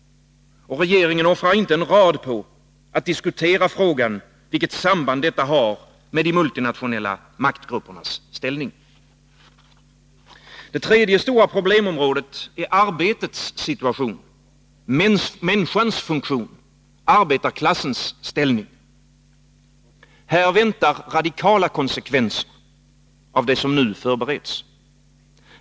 Och regeringen offrar inte en rad på att diskutera frågan vilket samband detta har med de multinationella maktgruppernas ställning. Det tredje stora problemområdet är arbetets situation, människans funktion, arbetarklassens ställning. Här väntar radikala konsekvenser av det som nu förbereds.